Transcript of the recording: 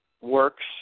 works